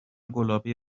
گلابی